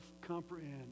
comprehend